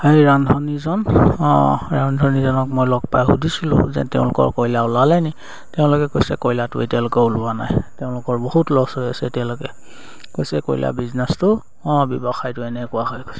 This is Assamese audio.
সেই ৰান্ধনীজন অঁ ৰান্ধনীজনক মই লগ পাই সুধিছিলোঁ যে তেওঁলোকৰ কয়লা ওলালে নি তেওঁলোকে কৈছে কয়লটো এতিয়ালোকে ওলোৱা নাই তেওঁলোকৰ বহুত লছ হৈ আছে তেওঁলোকে কৈছে কয়লাৰ বিজনেছটো অঁ ব্যৱসায়টো এনেকুৱা হয় কৈছে